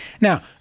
Now